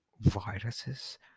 viruses